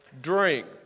drink